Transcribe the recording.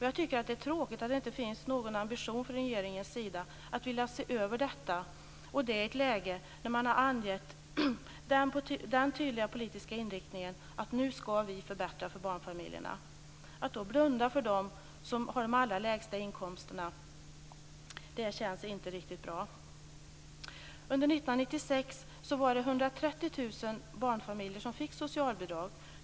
Jag tycker att det är tråkigt att det inte finns någon ambition från regeringens sida att vilja se över detta och det i ett läge där man har angett den tydliga politiska inriktningen att vi nu skall förbättra för barnfamiljerna. Att då blunda för dem som har de allra lägsta inkomsterna känns inte riktigt bra. Under 1996 var det 130 000 barnfamiljer som fick socialbidrag.